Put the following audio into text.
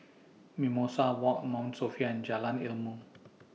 Mimosa Walk Mount Sophia and Jalan Ilmu